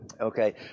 Okay